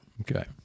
Okay